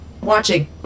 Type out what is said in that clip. Watching